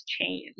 change